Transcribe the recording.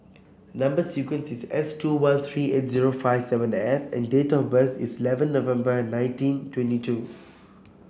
number sequence is S two one three eight zero five seven F and date of birth is eleven November nineteen twenty two